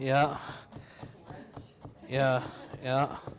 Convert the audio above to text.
yeah yeah yeah